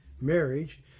marriage